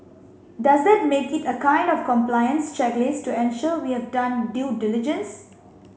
does that make it a kind of compliance checklist to ensure we have done due diligence